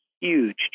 huge